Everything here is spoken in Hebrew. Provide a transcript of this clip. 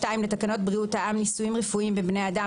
לתקנות בריאות העם (ניסויים רפואיים בבני אדם),